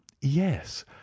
yes